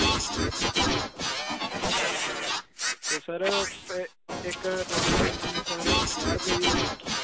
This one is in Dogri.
ते सर इक्क ट्रॉफी होनी पंजाह् रपे दी निक्की